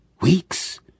Weeks